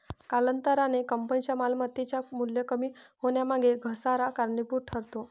कालांतराने कंपनीच्या मालमत्तेचे मूल्य कमी होण्यामागे घसारा कारणीभूत ठरतो